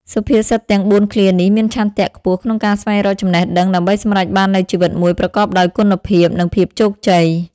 សុភាសិតទាំងបួនឃ្លានេះមានឆន្ទៈខ្ពស់ក្នុងការស្វែងរកចំណេះដឹង ដើម្បីសម្រេចបាននូវជីវិតមួយប្រកបដោយគុណភាព និងភាពជោគជ័យ។